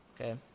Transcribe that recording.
Okay